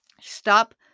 stop